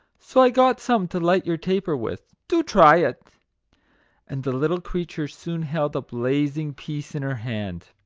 so i got some to light your taper with do try it and the little creature soon held a blazing piece in her hand.